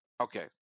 okay